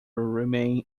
remain